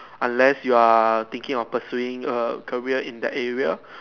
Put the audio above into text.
unless you are thinking of pursuing a career in the area